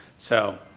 so,